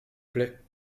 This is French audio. plait